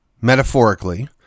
metaphorically